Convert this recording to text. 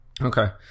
Okay